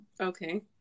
Okay